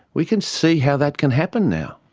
we can see how that can happen now.